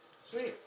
Sweet